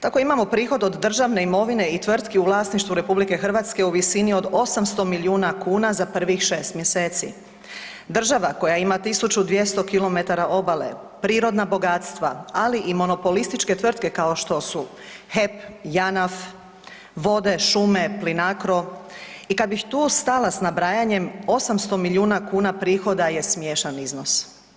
Tako imamo prihod od državne imovine i tvrtki u vlasništvu RH u visini od 800 milijuna kuna za prvih 6 mjeseci, država koja ima 1200 kilometara obale, prirodna bogatstva, ali i monopolističke tvrtke kao što su HEP, Janaf, vode, šume, Plinacro i kada bi tu stala s nabrajanjem 800 milijuna kuna je smiješan iznos.